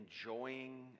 enjoying